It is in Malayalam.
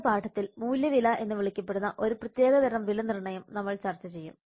അടുത്ത പാഠത്തിൽ മൂല്യവില എന്ന് വിളിക്കപ്പെടുന്ന ഒരു പ്രത്യേക തരം വിലനിർണ്ണയം നമ്മൾ ചർച്ച ചെയ്യും